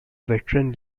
veteran